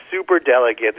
superdelegates